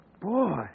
Boy